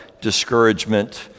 discouragement